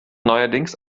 neuerdings